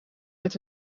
met